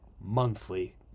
Monthly